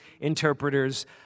interpreters